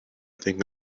thinking